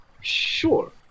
Sure